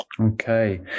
Okay